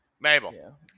Mabel